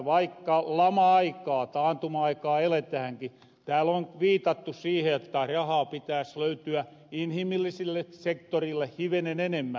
vaikka lama aikaa taantuma aikaa eletähänkin tääl on viitattu siihen jotta rahaa pitääs löytyä inhimillisille sektoreille hivenen enemmän